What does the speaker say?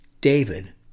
David